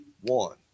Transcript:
one